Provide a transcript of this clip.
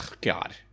God